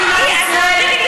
תתביישי לך.